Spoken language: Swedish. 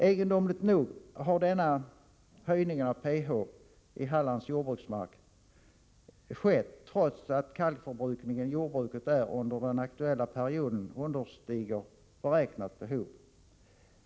Egendomligt nog har denna höjning av pH-värdet i Hallands jordbruksmark skett trots att kalkförbrukningen i det halländska jordbruket under den aktuella perioden understiger beräknat behov.